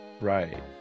Right